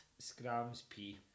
ScramsP